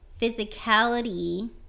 physicality